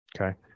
okay